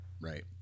right